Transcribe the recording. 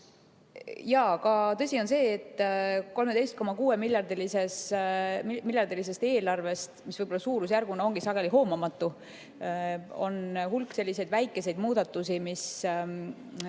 teha. Tõsi on see, et 13,6‑miljardilises eelarves, mis võib-olla suurusjärguna ongi sageli hoomamatu, on hulk selliseid väikeseid muudatusi, mis